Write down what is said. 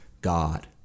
God